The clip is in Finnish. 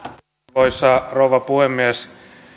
arvoisa rouva puhemies